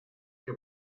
que